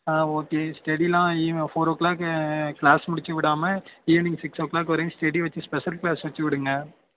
ஆ okay ஸ்டெடிலாம் ஈ four o'clock class முடிச்சு விடாமல் ஈவினிங் சிக்ஸ் ஓ க்ளாக் வரையும் ஸ்டெடி வச்சு ஸ்பெஷல் க்ளாஸ் வச்சு விடுங்க